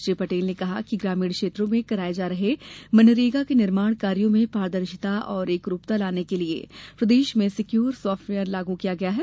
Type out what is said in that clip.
श्री पटेल ने कहा कि ग्रामीण क्षेत्रों में कराये जा रहे मनरेगा के निर्माण कार्यों में पारदर्शिता और एकरूपता लाने के लिए प्रदेश में सिक्यूर साफ्टवेयर लागू किया गया है